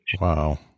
Wow